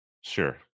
Sure